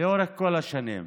לאורך כל השנים.